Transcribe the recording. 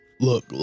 Look